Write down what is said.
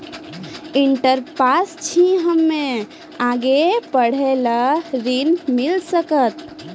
Inter pass छी हम्मे आगे पढ़े ला ऋण मिल सकत?